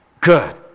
good